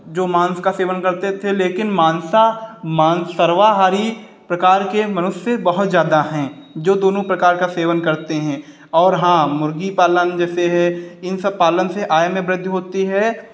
जो मांस का सेवन करते थे लेकिन मांसा मांस सर्वाहारी प्रकार के मनुष्य बहुत ज़्यादा हैं जो दोनों प्रकार का सेवन करते हैं और हाँ मुर्गी पालन जैसे है इन सब पालन से आय में वृद्धि होती है